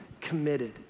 committed